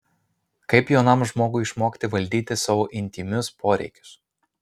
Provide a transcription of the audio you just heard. kaip jaunam žmogui išmokti valdyti savo intymius poreikius